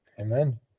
Amen